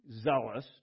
zealous